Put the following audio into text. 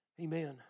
Amen